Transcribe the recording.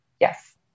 Yes